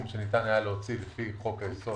אנחנו ביקשנו אתמול בישיבה שזה לא יהיה כמו שיש במקור צמודות